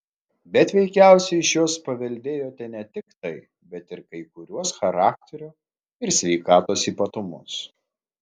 bet veikiausiai iš jos paveldėjote ne tik tai bet ir kai kuriuos charakterio ir sveikatos ypatumus